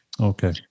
Okay